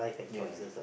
ya